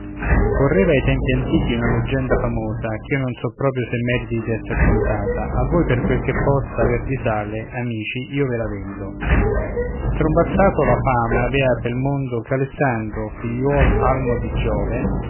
correva ai tempi antichi una leggenda famosa ch'io non so proprio se meriti d'esser contata a voi per quel che possa aver di sale amici io ve la vendo strombazzato la fama avea pel mondo che alessandro figliuol almo di giove